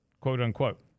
quote-unquote